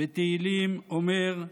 בתהילים אומר: